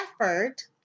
effort